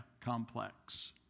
complex